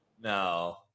No